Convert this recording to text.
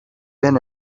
been